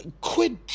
quid